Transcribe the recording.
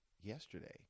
yesterday